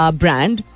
brand